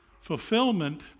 Fulfillment